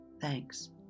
Thanks